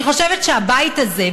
אני חושבת שהבית הזה,